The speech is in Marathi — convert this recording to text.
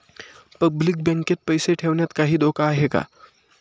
पब्लिक बँकेत पैसे ठेवण्यात काही धोका आहे का?